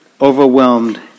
Overwhelmed